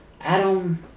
Adam